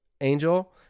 Angel